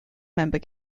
member